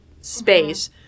space